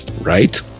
right